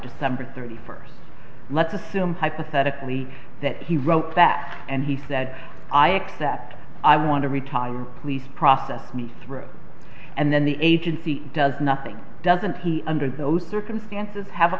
december thirty first let's assume hypothetically that he wrote that and he said i accept i want to retire please process me through and then the agency does nothing doesn't he under those circumstances have a